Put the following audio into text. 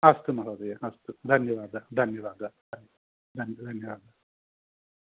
अस्तु महोदये अस्तु धन्यवादः धन्यवादः धन् धन्य धन्यवादः